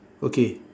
okay